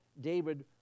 David